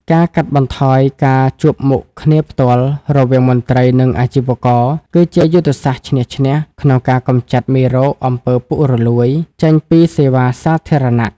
ការកាត់បន្ថយការជួបមុខគ្នាផ្ទាល់រវាងមន្ត្រី និងអាជីវករ គឺជាយុទ្ធសាស្ត្រឈ្នះ-ឈ្នះ ក្នុងការកម្ចាត់មេរោគ អំពើពុករលួយ ចេញពីសេវាសាធារណៈ។